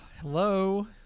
Hello